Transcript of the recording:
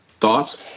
Thoughts